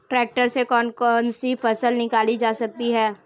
Tractor से कौन कौनसी फसल निकाली जा सकती हैं?